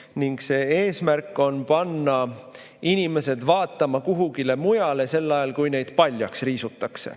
– eesmärk on panna inimesed vaatama kuhugile mujale, sel ajal kui neid paljaks riisutakse.